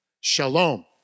shalom